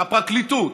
הפרקליטות,